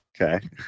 okay